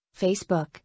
Facebook